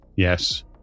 Yes